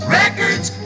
records